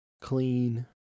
clean